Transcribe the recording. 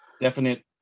definite